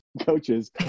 coaches